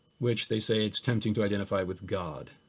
which they say it's tempting to identify with god.